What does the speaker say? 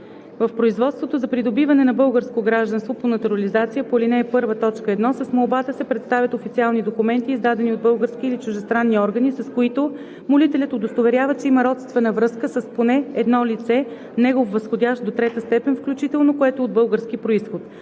В производството за придобиване на българско гражданство по натурализация по ал. 1, т. 1 с молбата се представят официални документи, издадени от български или чуждестранни органи, с които молителят удостоверява, че има родствена връзка с поне едно лице – негов възходящ до трета степен включително, което е от български произход.